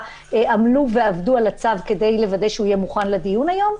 עמלו ועבדו על הצו כדי לוודא שיהיה מוכן לדיון היום,